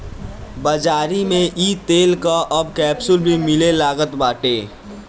बाज़ारी में इ तेल कअ अब कैप्सूल भी मिले लागल बाटे